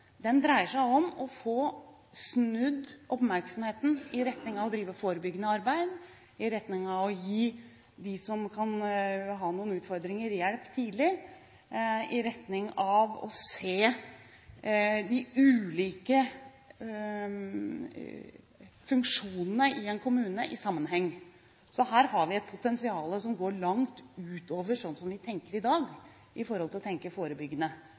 Den dreier seg om å få snudd oppmerksomheten i retning av å drive forebyggende arbeid, i retning av å gi dem som kan ha noen utfordringer, hjelp tidlig og i retning av å se de ulike funksjonene i en kommune i en sammenheng. Her har vi et potensial som går langt utover det vi tenker i dag